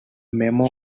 memo